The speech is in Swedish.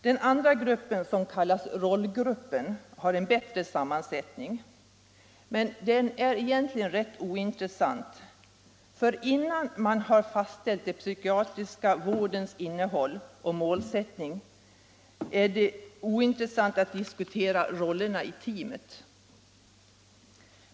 Den andra gruppen, som kallas rollgruppen, har en bättre sammansättning, men det är egentligen rätt ointressant att innan man har fastställt den psykiatriska vårdens innehåll och målsättning diskutera de olika rollerna i teamet.